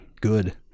Good